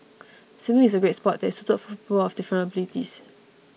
swimming is a great sport that is suited for people of different abilities